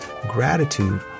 Gratitude